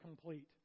complete